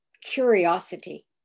curiosity